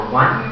one